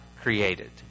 created